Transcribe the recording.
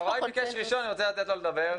רגע, יוראי ביקש ראשון, אני רוצה לתת לו לדבר.